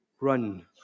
Run